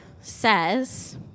says